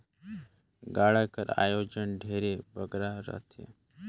गाड़ा कर ओजन ढेरे बगरा रहथे